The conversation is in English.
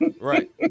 Right